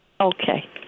Okay